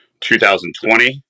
2020